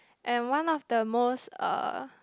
and one of the most uh